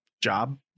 job